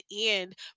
end